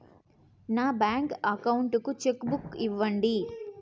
నా bank account కు cheque book ఇవ్వండి